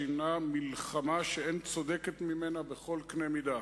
שהינה מלחמה שאין צודקת ממנה בכל קנה מידה.